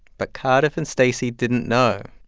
but cardiff and stacey didn't know.